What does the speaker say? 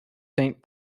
saint